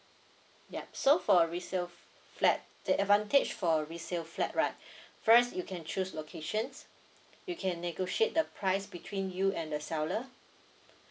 yup so for a resale f~ flat the advantage for a resale flat right first you can choose locations you can negotiate the price between you and the seller